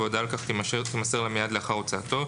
והודעה על כך תימסר לה מיד לאחר הוצאתו.